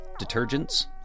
detergents